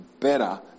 better